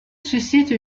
suscite